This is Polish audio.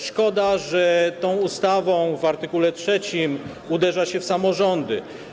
Szkoda, że tą ustawą w art. 3 uderza się w samorządy.